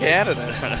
Canada